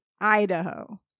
Idaho